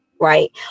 right